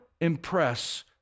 impress